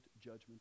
judgment